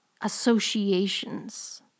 associations